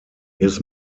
his